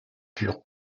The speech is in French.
pure